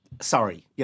sorry